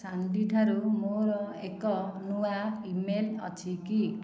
Sandy ଠାରୁ ମୋର ଏକ ନୂଆ ଇମେଲ୍ ଅଛି କି